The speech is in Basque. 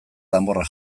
danborrak